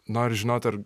nori žinot ar